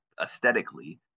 aesthetically